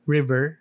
River